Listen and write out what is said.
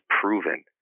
proven